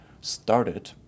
started